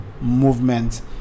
movement